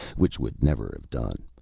which would never have done.